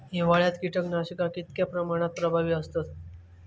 हिवाळ्यात कीटकनाशका कीतक्या प्रमाणात प्रभावी असतत?